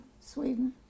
Sweden